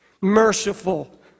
merciful